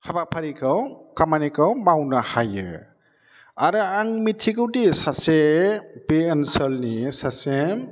हाबाफारिखौ खामानिखौ मावनो हायो आरो आं मिथिगौदि सासे बे ओनसोलनि सासे